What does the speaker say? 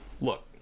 look